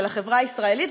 של החברה הישראלית.